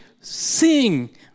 sing